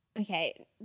Okay